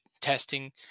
testing